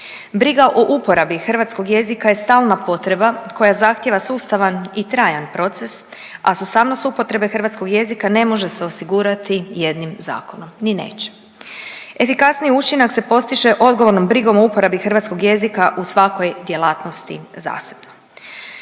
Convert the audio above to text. Briga o uporabi hrvatskog jezika je stalna potreba koja zahtijeva sustavan i trajan proces, a sustavnost upotrebe hrvatskog jezika ne može se osigurati jednim zakonom, ni neće. Efikasniji učinak se postiže odgovornom brigom o uporabi hrvatskog jezika u svakoj djelatnosti zasebno.